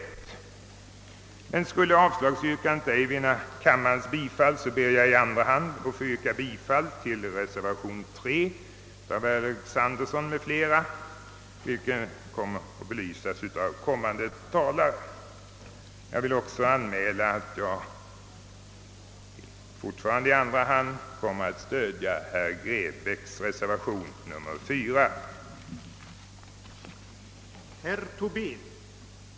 Skulle detta avslagsyrkande ej vinna kammarens bifall ber jag i andra hand att få yrka bifall till reservationen III av herr Alexanderson m.fl., vilken reservation kommer att belysas av kommande talare. Jag vill meddela att jag även kommer att stödja reservationen IV av herrar Ferdinand Nilsson och Grebäck.